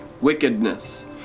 wickedness